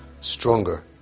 stronger